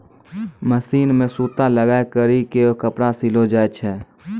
machine मे सूता लगाय करी के कपड़ा सिलो जाय छै